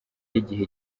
y’igihe